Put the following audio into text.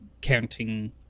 counting